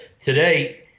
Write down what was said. Today